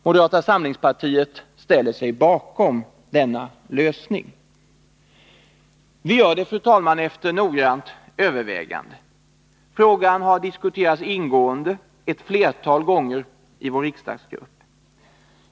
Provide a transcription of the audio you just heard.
Moderata samlingspartiet ställer sig bakom denna lösning. Vi gör det, fru talman, efter noggrant övervägande. Frågan har ett flertal gånger ingående diskuterats i vår riksdagsgrupp.